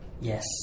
Yes